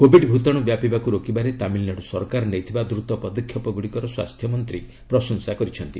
Covid ଭୂତାଣୁ ବ୍ୟାପିବାକୁ ରୋକିବାରେ ତାମିଲନାଡୁ ସରକାର ନେଇଥିବା ଦ୍ରତ ପଦକ୍ଷେପ ଗୁଡ଼ିକର ସ୍ୱାସ୍ଥ୍ୟ ମନ୍ତ୍ରୀ ପ୍ରଶଂସା କରିଛନ୍ତି